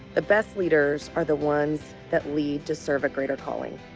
the best leaders are the ones that lead to serve a greater calling.